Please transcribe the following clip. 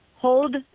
hold